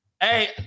Hey